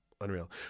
Unreal